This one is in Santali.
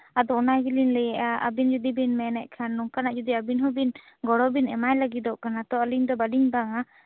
ᱟᱫᱚ ᱚᱱᱟ ᱜᱮᱞᱤᱧ ᱞᱟᱹᱭᱮᱫᱼᱟ ᱟᱵᱤᱱ ᱡᱩᱫᱤ ᱵᱤᱱ ᱢᱮᱱᱮᱜ ᱠᱷᱟᱱ ᱛᱚ ᱱᱚᱝᱠᱟᱱᱟᱜ ᱡᱩᱫᱤ ᱟᱵᱤᱱ ᱡᱩᱫᱤ ᱜᱚᱲᱚ ᱵᱤᱱ ᱮᱢᱟᱭ ᱞᱟᱹᱜᱤᱫᱚᱜ ᱠᱟᱱᱟ ᱛᱚ ᱟᱞᱤᱧ ᱫᱚ ᱵᱟᱞᱤᱧ ᱵᱟᱝᱟ